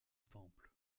temples